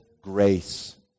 grace